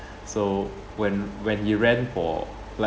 so when when he ran for like